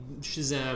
Shazam